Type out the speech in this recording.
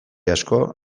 asko